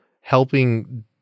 helping